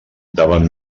davant